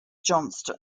johnston